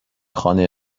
خانه